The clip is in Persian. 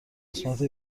قسمت